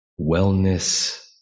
wellness